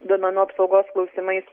duomenų apsaugos klausimais